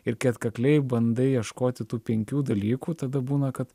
ir atkakliai bandai ieškoti tų penkių dalykų tada būna kad